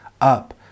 up